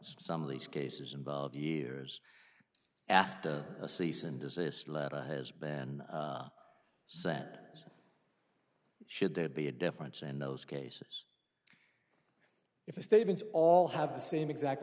some of these cases involve years after a cease and desist letter has been sent should there be a difference in those cases if the statements all have the same exact